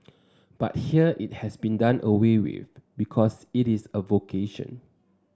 but here it has been done away with because it is a vocation